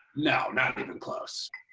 no, not even close.